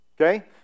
Okay